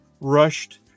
rushed